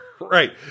Right